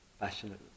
passionate